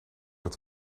het